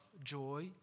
joy